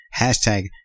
hashtag